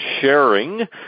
sharing